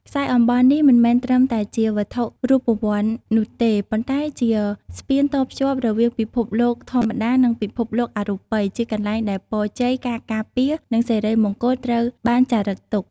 ខ្សែអំបោះនេះមិនមែនត្រឹមតែជាវត្ថុរូបវន្តនោះទេ ប៉ុន្តែជា ស្ពានតភ្ជាប់រវាងពិភពលោកធម្មតា និងពិភពលោកអរូបី ជាកន្លែងដែលពរជ័យ ការការពារ និងសិរីមង្គលត្រូវបានចារឹកទុក។